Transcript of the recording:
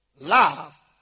love